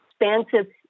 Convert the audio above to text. expansive